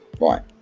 right